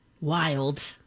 Wild